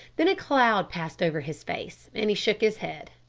then a cloud passed over his face and he shook his head.